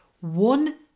One